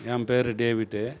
என் பேர் டேவிட்